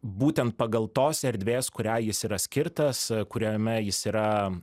būtent pagal tos erdvės kuriai jis yra skirtas kuriame jis yra